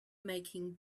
making